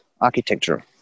architecture